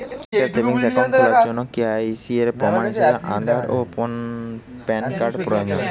একটি savings account খোলার জন্য কে.ওয়াই.সি এর প্রমাণ হিসাবে আধার ও প্যান কার্ড প্রয়োজন